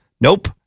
Nope